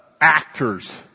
actors